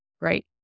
right